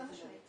אם אתם רוצים,